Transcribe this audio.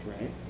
right